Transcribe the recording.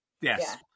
Yes